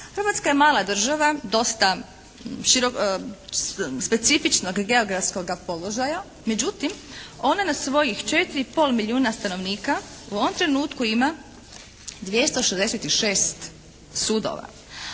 Hrvatska je mala država dosta, specifičnog geografskoga položaja međutim ona na svojih 4 i pol milijuna stanovnika u ovom trenutku ima 266 sudova.